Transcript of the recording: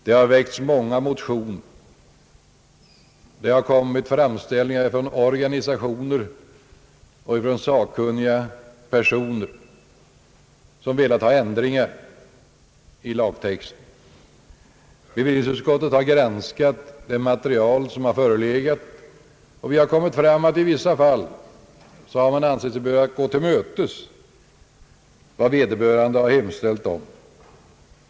Det har väckts många motioner i frågan. Från organisationer och från sakkunniga personer har framställningar gjorts om ändringar i lagtexten. Bevillningsutskottet har granskat föreliggande material och funnit det lämpligt att i vissa fall tillmötesgå vad vederbörande hemställt om.